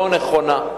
לא נכונה.